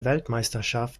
weltmeisterschaft